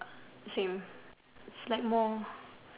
same it's like more